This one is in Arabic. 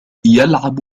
يلعب